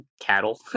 cattle